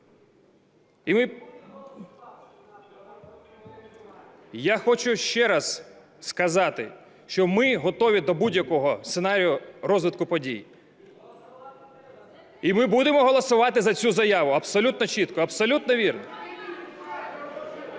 Я хочу ще раз сказати, що ми готові до будь-якого сценарію розвитку подій. І ми будемо голосувати за цю заяву абсолютно чітко, абсолютно вірно.